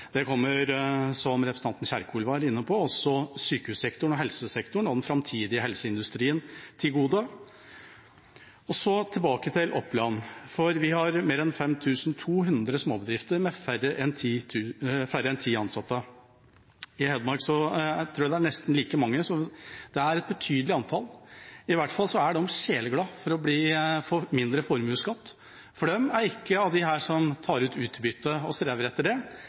Det kommer næringslivet til gode, det kommer, som representanten Kjerkol var inne på, også sykehussektoren, helsesektoren og den framtidige helseindustrien til gode. Så tilbake til Oppland, hvor vi har mer enn 5 200 småbedrifter med færre enn 10 ansatte. I Hedmark tror jeg det er nesten like mange, så det er et betydelig antall. I hvert fall er de sjeleglad for å få mindre formuesskatt, for de er ikke av dem som streber etter å ta ut utbytte. Nei, tvert imot, de skal investere i driftsmidler, i bygg, i anlegg og